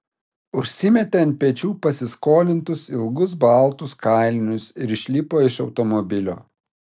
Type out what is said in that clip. užsimetė ant pečių pasiskolintus ilgus baltus kailinius ir išlipo iš automobilio